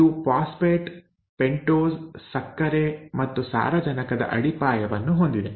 ಇದು phosphate pentose ಸಕ್ಕರೆ ಮತ್ತು ಸಾರಜನಕದ ಅಡಿಪಾಯವನ್ನು ಹೊಂದಿದೆ